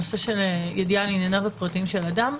הנושא של "ידיעה על ענייניו הפרטיים של אדם",